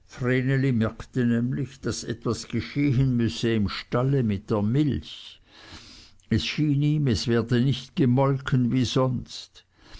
nämlich daß etwas geschehen müsse im stalle mit der milch es schien ihm es werde nicht gemolken wie sonst